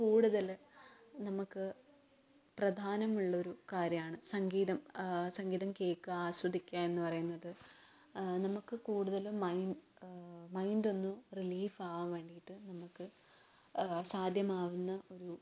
കൂടുതൽ നമുക്ക് പ്രധാന്യമുള്ളൊരു കാര്യമാണ് സംഗീതം സംഗീതം കേൾക്കുക ആസ്വദിക്കുക എന്ന് പറയുന്നത് നമുക്ക് കൂടുതലും മൈൻ മൈൻഡൊന്ന് റീലീഫാവാകാൻ വേണ്ടീട്ട് നമുക്ക് സാധ്യമാകുന്ന ഒരു